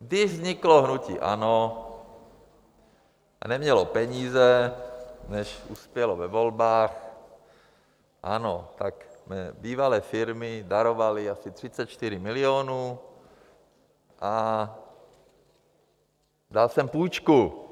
Když vzniklo hnutí ANO a nemělo peníze, než uspělo ve volbách, ano, tak mé bývalé firmy darovaly asi 34 milionů a dal jsem půjčku.